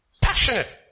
Passionate